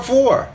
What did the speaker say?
Four